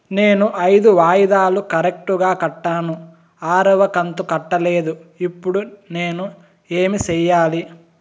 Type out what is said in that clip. నేను ఐదు వాయిదాలు కరెక్టు గా కట్టాను, ఆరవ కంతు కట్టలేదు, ఇప్పుడు నేను ఏమి సెయ్యాలి?